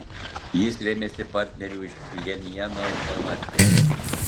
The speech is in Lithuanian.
jie rėmėsi partnerių iš pchenjano informacija